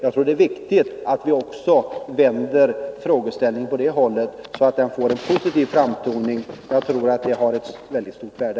Det är viktigt att vi ger det hela en positiv framtoning — det har väldigt stort värde.